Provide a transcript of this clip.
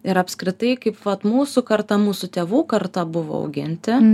ir apskritai kaip vat mūsų karta mūsų tėvų karta buvo auginti